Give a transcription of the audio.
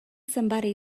somebody